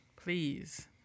please